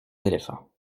éléphants